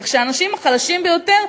כך שהאנשים החלשים ביותר,